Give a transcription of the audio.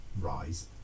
Rise